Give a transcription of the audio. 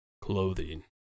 clothing